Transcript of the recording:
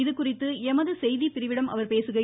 இது குறித்து எமது செய்திப்பிரிவிடம் அவர் பேசுகையில்